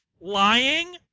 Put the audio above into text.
lying